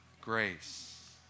grace